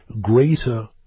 greater